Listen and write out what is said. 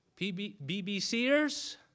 BBCers